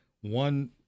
one